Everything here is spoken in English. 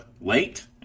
late